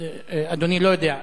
שאדוני לא יודע,